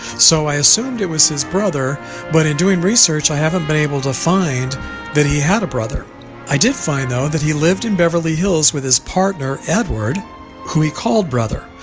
so i assumed it was his but in doing research, i haven't been able to find that he had a brother i did find though that he lived in beverly hills with his partner edward who he called brother?